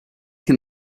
can